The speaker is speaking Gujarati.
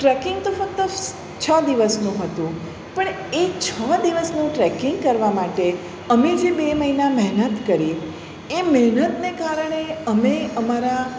ટ્રેકિંગ તો ફક્ત છ દિવસનું હતું પણ એ છ દિવસનું ટ્રેકિંગ કરવા માટે અમે જે બે મહિના મહેનત કરી એ મહેનતને કારણે અમે અમારા